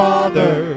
Father